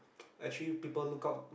actually people look out